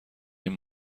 این